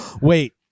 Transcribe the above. Wait